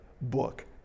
book